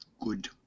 Good